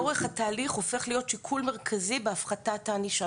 אורך התהליך הופך להיות שיקול מרכזי בהפחתת הענישה.